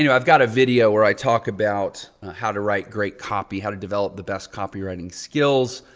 you know i've got a video where i talk about how to write great copy, how to develop the best copywriting skills.